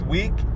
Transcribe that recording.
Week